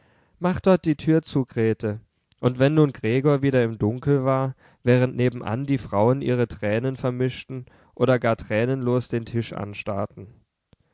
mach dort die tür zu grete und wenn nun gregor wieder im dunkel war während nebenan die frauen ihre tränen vermischten oder gar tränenlos den tisch anstarrten